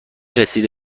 رسید